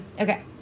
Okay